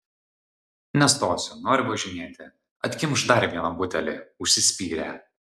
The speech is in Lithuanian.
nestosiu noriu važinėti atkimšk dar vieną butelį užsispyrė